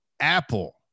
Apple